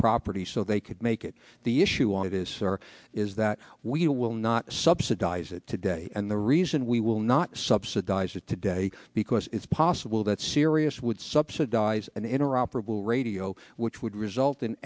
property so they could make it the issue on it is or is that we will not subsidize it today and the reason we will not subsidize it today because it's possible that sirius would subsidize an inner operable radio which would result in